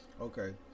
Okay